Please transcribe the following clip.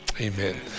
amen